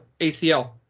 ACL